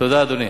תודה, אדוני.